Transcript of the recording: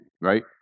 right